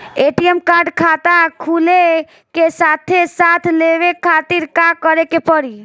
ATM card खाता खुले के साथे साथ लेवे खातिर का करे के पड़ी?